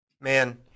Man